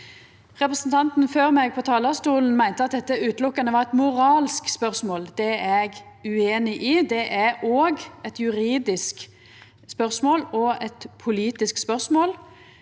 Representanten før meg på talarstolen meinte at dette utelukkande var eit moralsk spørsmål. Det er eg ueinig i. Det er òg eit juridisk og eit politisk spørsmål,